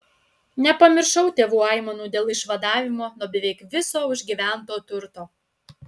nepamiršau tėvų aimanų dėl išvadavimo nuo beveik viso užgyvento turto